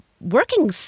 working